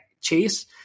chase